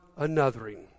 anothering